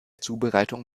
zubereitung